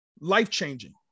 Life-changing